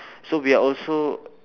so we are also